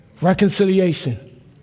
Reconciliation